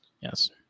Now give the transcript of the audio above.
Yes